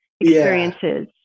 experiences